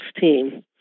team